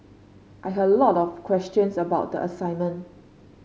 I had a lot of questions about the assignment